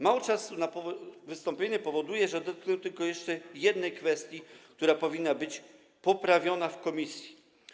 Mało czasu na wystąpienie powoduje, że dotknę tylko jeszcze jednej kwestii, która powinna być poprawiona w komisji.